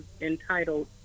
entitled